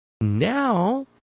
Now